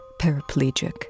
paraplegic